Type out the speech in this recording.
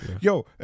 Yo